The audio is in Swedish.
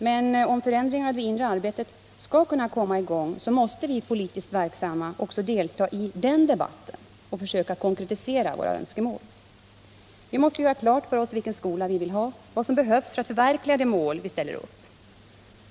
Men om förändringar av det inre arbetet i skolan skall kunna komma i gång måste också vi politiskt verksamma delta i den debatten och försöka konkretisera våra önskemål. Vi måste göra klart för oss vilken skola vi vill ha och vad som behövs för att förverkliga de mål vi ställer upp.